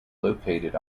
located